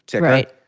right